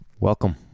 Welcome